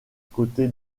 côté